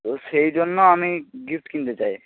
তো সেই জন্য আমি গিফট কিনতে চাই